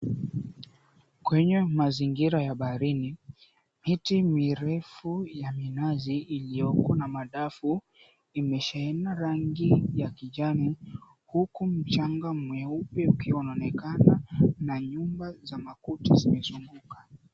Kwenye mazingira ya baharini, miti mirefu ya minazi iliyoko na madafu imesheheni na rangi ya kijani, huku mchanga mweupe ukiwa unaonekana na nyumba za makuti zimezunguka.